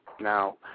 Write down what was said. Now